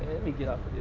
me get off